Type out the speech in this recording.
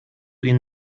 ihn